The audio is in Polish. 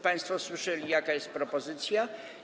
Państwo słyszeli, jaka jest propozycja.